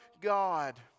God